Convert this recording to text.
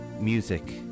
music